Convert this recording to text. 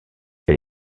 elle